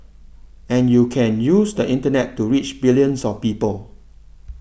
and you can use the Internet to reach billions of people